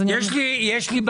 יש לי בקשה